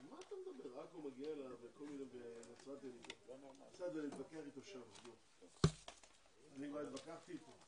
ננעלה בשעה 10:30.